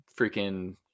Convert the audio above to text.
freaking